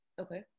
Okay